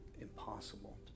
impossible